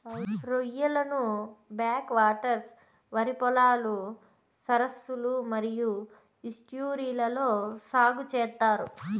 రొయ్యలను back waters, వరి పొలాలు, సరస్సులు మరియు ఈస్ట్యూరీలలో సాగు చేత్తారు